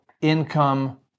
income